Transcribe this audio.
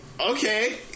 okay